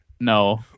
No